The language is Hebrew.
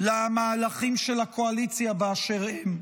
למהלכים של הקואליציה באשר הם.